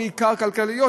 בעיקר כלכליות,